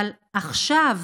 אבל עכשיו,